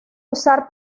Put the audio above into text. usar